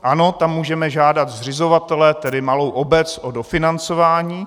Ano, tam můžeme žádat zřizovatele, tedy malou obec, o dofinancování.